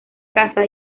casa